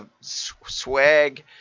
swag